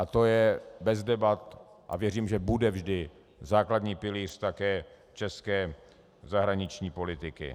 To je bez debat, a věřím, že bude vždy, základní pilíř také české zahraniční politiky.